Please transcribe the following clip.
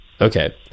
Okay